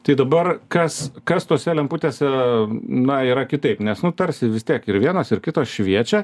tai dabar kas kas tose lemputėse na yra kitaip nes nutarsi vis tiek ir vienos ir kitos šviečia